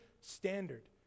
standard